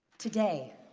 today,